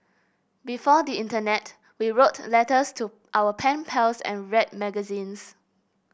before the internet we wrote letters to our pen pals and read magazines